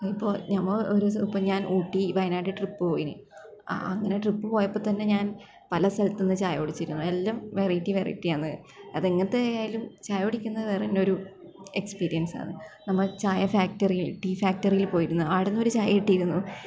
അപ്പോൾ ഒരു ദിവസം ഞാന് ഊട്ടി വയനാട് ട്രിപ്പ് പോയിനി അങ്ങനെ ട്രിപ്പ് പോയപ്പോൾത്തന്നെ ഞാന് പല സ്ഥലത്തുന്ന് ചായ കുടിച്ചിരുന്നു എല്ലാം വെറൈറ്റി വെറൈറ്റി അന്ന് അത് എങ്ങനത്തെ ആയാലും ചായ കുടിക്കുന്നത് വേറെയൊരു എക്സ്പീരിയന്സ് ആണ് നമ്മൾ ചായ ഫാക്ടറിയില് ടീ ഫാക്ടറിയില് പോയിരുന്നു അവിടുന്ന് ഒരു ചായ കിട്ടിയിരുന്നു